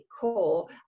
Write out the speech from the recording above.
core